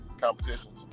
competitions